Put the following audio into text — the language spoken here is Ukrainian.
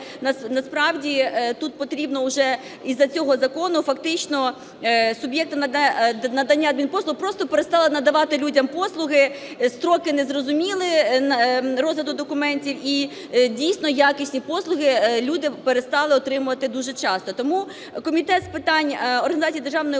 насправді тут потрібно вже... Із-за цього закону фактично суб'єкти надання адмінпослуг просто перестали надавати людям послуги, строки незрозумілі розгляду документів. І дійсно, якісні послуги люди перестали отримувати дуже часто. Тому Комітет з питань